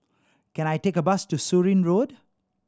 can I take a bus to Surin Road